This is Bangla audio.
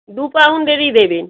দু পাউন্ডেরই দেবেন